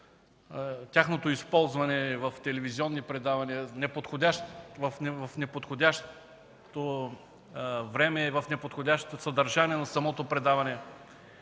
тяхното използване в телевизионни предавания, в неподходящо време, с неподходящо съдържание на самото предаване.